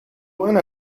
einer